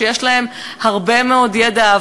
שיש להם הרבה מאוד ידע,